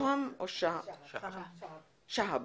שהב